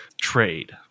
trade